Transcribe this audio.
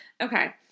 Okay